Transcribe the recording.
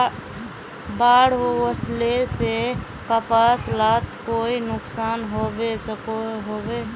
बाढ़ वस्ले से कपास लात कोई नुकसान होबे सकोहो होबे?